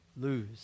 Lose